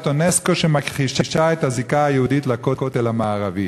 אונסק"ו שמכחישה את הזיקה היהודית לכותל המערבי.